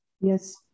Yes